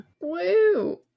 Woo